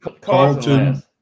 Carlton